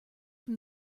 from